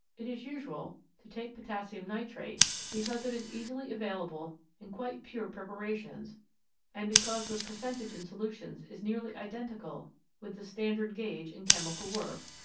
it is usual to take potassium nitrate because it is easily available in quite pure preparations and because the percentage in solutions is nearly identical with the standard gauge in chemical work,